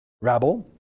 rabble